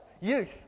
youth